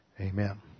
Amen